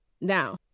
Now